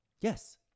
Yes